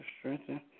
strengthen